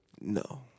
No